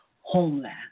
homeland